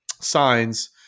signs